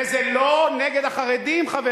וזה לא נגד החרדים, חבר